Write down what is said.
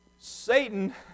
Satan